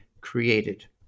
created